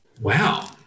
Wow